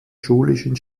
schulischen